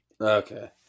Okay